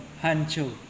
Hancho